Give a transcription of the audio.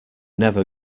never